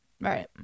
Right